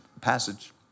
passage